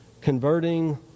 converting